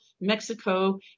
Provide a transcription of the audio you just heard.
Mexico